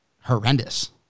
horrendous